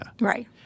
Right